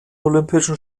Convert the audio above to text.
olympischen